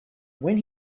when